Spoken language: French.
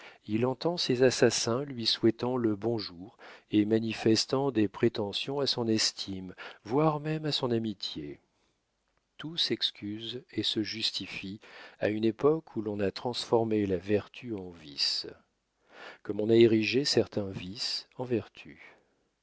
il entend ses assassins lui souhaitant le bonjour et manifestant des prétentions à son estime voire même à son amitié tout s'excuse et se justifie à une époque où l'on a transformé la vertu en vice comme on a érigé certains vices en vertus